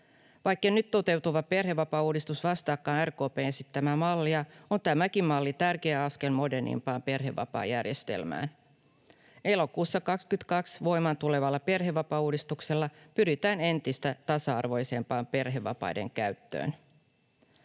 Vaikkei nyt toteutuva perhevapaauudistus vastaakaan RKP:n esittämää mallia, on tämäkin malli tärkeä askel modernimpaan perhevapaajärjestelmään. Elokuussa 22 voimaan tulevalla perhevapaauudistuksella pyritään entistä tasa-arvoisempaan perhevapaiden käyttöön.